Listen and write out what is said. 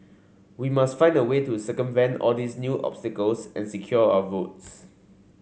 we must find a way to circumvent all these new obstacles and secure our votes